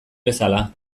bezala